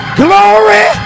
glory